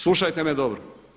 Slušajte me dobro.